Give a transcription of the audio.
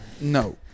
no